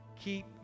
keep